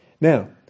Now